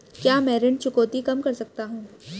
क्या मैं ऋण चुकौती कम कर सकता हूँ?